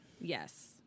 yes